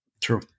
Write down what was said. True